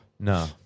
No